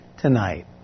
tonight